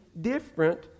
different